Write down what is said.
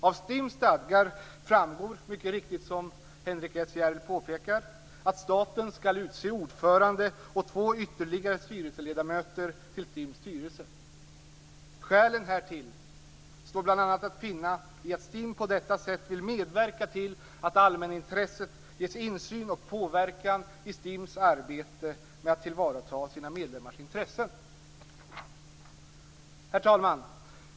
Av STIM:s stadgar framgår, som Henrik S Järrel mycket riktigt påpekar, att staten skall utse ordförande och två ytterligare styrelseledamöter i STIM:s styrelse. Skälen härtill är bl.a. att STIM på detta sätt vill medverka till att allmänintresset ges insyn i och påverkan på STIM:s arbete för tillvaratagande av de egna medlemmarnas intressen. Herr talman!